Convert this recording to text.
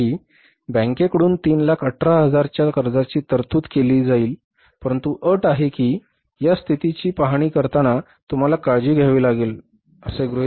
यासाठी बँकेकडून 318000 च्या कर्जाची तरतूद केली जाईल परंतु अट ही आहे की या स्थितीची पाहणी करताना तुम्हाला काळजी घ्यावी लागेल